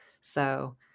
So-